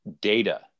data